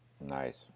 nice